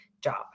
job